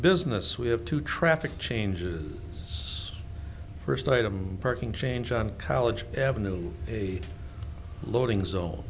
business we have to traffic changes its first item parking change on college avenue a loading zone